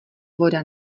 voda